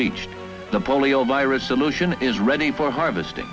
reached the polio virus solution is ready for harvesting